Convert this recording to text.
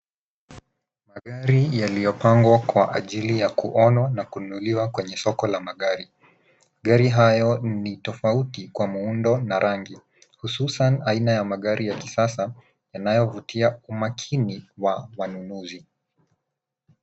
Magari yaliyopangwa kwa ajili ya kuonwa na kununuliwa kwenye soko la magari. Magari hayo ni tofauti kwa muundo na rangi. Hususan aina ya magari ya kisasa yanayovutia umakini wa wanunuzi.